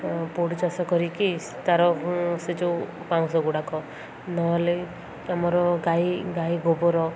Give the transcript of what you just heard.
ପୋଡ଼ୁ ଚାଷ କରିକି ତା'ର ସେ ଯେଉଁ ପାଉଁଶ ଗୁଡ଼ାକ ନହେଲେ ଆମର ଗାଈ ଗାଈ ଗୋବର